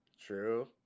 True